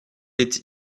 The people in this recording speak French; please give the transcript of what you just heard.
est